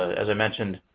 ah as i mentioned,